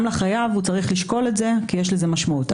גם החייב צריך לשקול את זה כי יש לזה משמעות.